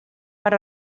per